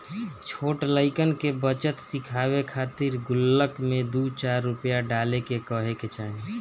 छोट लइकन के बचत सिखावे खातिर गुल्लक में दू चार रूपया डाले के कहे के चाही